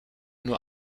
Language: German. nur